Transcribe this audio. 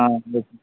ఆ